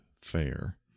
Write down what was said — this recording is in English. fair